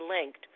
linked